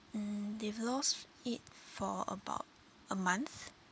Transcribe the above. mm they've lost it for about a month